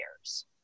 years